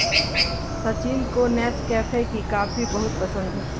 सचिन को नेस्कैफे की कॉफी बहुत पसंद है